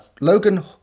Logan